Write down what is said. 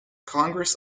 congress